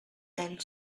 and